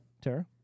Tara